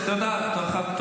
קטן ,שקרן ומסוכן.